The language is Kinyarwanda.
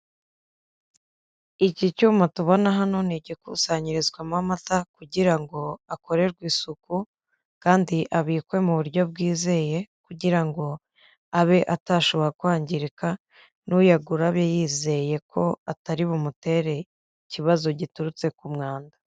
Iki cyuma tubona hano ni igikusanyirizwamo amata kugira ngo akorerwe isuku kandi abikwe mu buryo bwizeye kugira ngo abe atashobora kwangirika n'uyagura abe yizeye ko atari bumutere ikibazo giturutse ku mwanda.